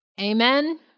Amen